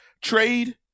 trade